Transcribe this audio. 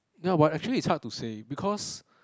ya actually it's hard to say because